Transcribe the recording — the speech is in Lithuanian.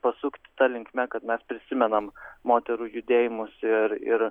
pasukti ta linkme kad mes prisimenam moterų judėjimus ir ir